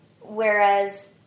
whereas